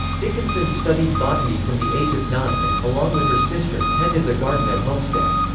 dickinson studied botany from the age of nine and, along with her sister, tended the garden at homestead.